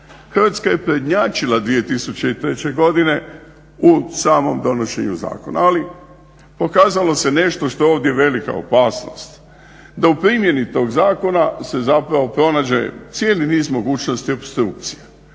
Hrvatska je prednjačila 2003.godine u samom donošenju zakona, ali pokazalo se nešto što je ovdje velika opasnost, da u primjeni tog zakona se zapravo pronađe cijeli niz mogućnosti opstrukcije,